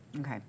Okay